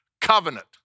covenant